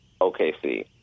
OKC